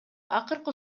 акыркы